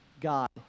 God